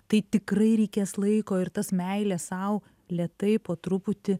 tai tikrai reikės laiko ir tas meilės sau lėtai po truputį